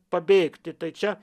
pabėgti tai čia